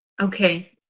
Okay